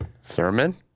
Sermon